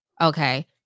Okay